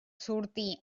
sortir